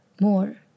more